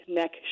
neck